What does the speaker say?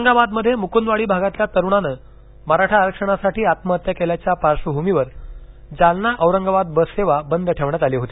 औरंगाबादमध्ये मुकुंदवाडी भागातल्या तरूणानं मराठा आरक्षणासाठी आत्महत्या केल्याच्या पार्श्वभूमीवर जालना औरंगाबाद बस सेवा बंद ठेवण्यात आली होती